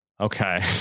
Okay